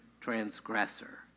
transgressor